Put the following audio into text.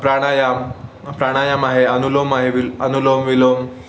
प्राणायाम प्राणायाम आहे अनुलोम आहे विल अनुलोम विलोम